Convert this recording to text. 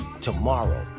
tomorrow